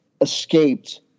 escaped